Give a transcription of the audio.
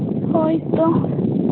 ᱜᱳᱭ ᱛᱚ